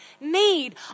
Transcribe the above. need